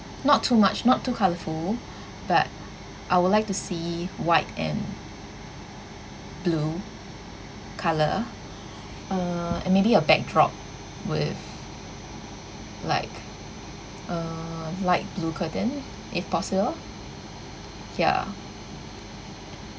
not too much not too colourful but I would like to see white and blue colour uh and maybe a backdrop with like uh light blue curtain if possible ya